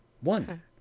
One